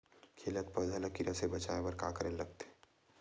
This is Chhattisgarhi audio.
खिलत पौधा ल कीरा से बचाय बर का करेला लगथे?